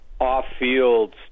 off-field